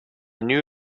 new